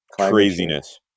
craziness